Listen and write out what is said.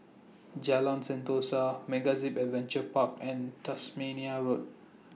Jalan Sentosa MegaZip Adventure Park and Tasmania Road